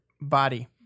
body